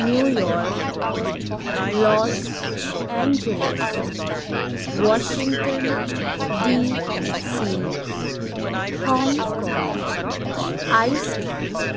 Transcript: New York Los Angeles Washington DC Hong Kong Iceland